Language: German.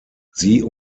sie